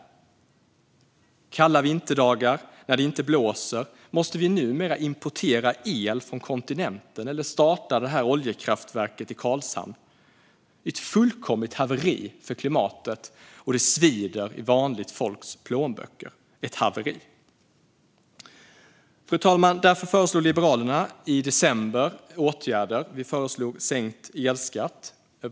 Under kalla vinterdagar då det inte blåser måste vi numera importera el från kontinenten eller starta oljekraftverket i Karlshamn. Det är ett fullkomligt haveri för klimatet, och det svider i plånboken för vanligt folk. Det är ett haveri. Fru talman! I december förslog därför Liberalerna att man skulle vidta åtgärder såsom sänkt elskatt.